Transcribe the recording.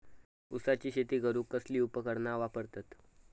ऊसाची शेती करूक कसली उपकरणा वापरतत?